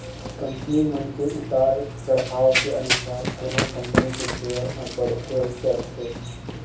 company मन के उतार चड़हाव के अनुसार कोनो कंपनी के सेयर ह बड़थे अउ चढ़थे